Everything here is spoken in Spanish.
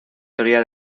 teoría